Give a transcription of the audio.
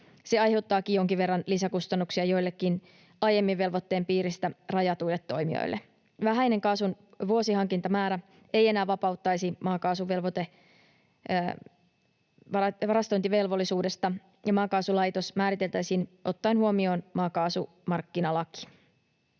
se aiheuttaakin jonkin verran lisäkustannuksia joillekin aiemmin velvoitteen piiristä rajatuille toimijoille. Vähäinen kaasun vuosihankintamäärä ei enää vapauttaisi maakaasun varastointivelvollisuudesta, ja maakaasulaitos määriteltäisiin ottaen huomioon maakaasumarkkinalaki.